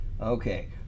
okay